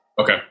Okay